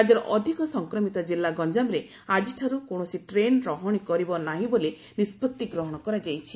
ରାଜ୍ୟର ଅଧିକ ସଂକ୍ରମିତ ଜିଲ୍ଲା ଗଞ୍ଜାମରେ ଆଜିଠାରୁ କୌଣସି ଟ୍ରେନ୍ ରହଣି କରିବ ନାହିଁ ବୋଲି ନିଷ୍ପତ୍ତି ଗ୍ରହଣ କରାଯାଇଛି